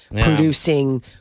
producing